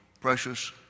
precious